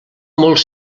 molts